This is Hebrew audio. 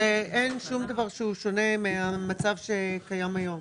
שאין שום דבר שהוא שונה מהמצב שקיים היום.